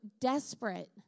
desperate